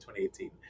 2018